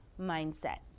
mindset